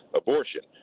abortion